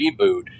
reboot